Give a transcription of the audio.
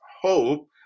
hope